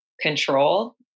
control